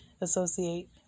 Associate